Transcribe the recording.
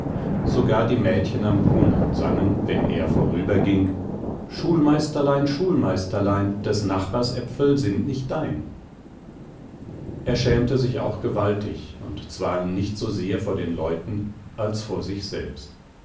sogar die mädchen am brunnen sangen wenn er vorüberging schulmeisterlein schulmeisterlein des nachbars äpfel sind nicht dein er schämte sich auch gewaltig und zwar nicht so sehr vor den leuten als vor sich selbst